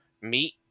meat